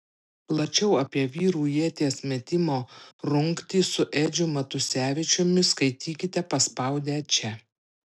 plačiau apie vyrų ieties metimo rungtį su edžiu matusevičiumi skaitykite paspaudę čia